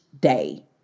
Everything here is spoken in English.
day